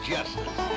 Justice